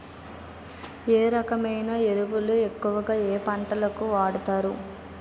ఏ రకమైన ఎరువులు ఎక్కువుగా ఏ పంటలకు వాడతారు?